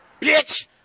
bitch